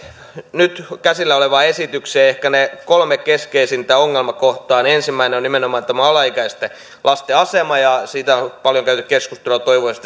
nyt käsillä olevaan esitykseen ehkä ne kolme keskeisintä ongelmakohtaa ensimmäinen on nimenomaan tämä alaikäisten lasten asema ja siitä on paljon käyty keskustelua toivoisin